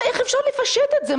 איך אפשר לפשט את זה?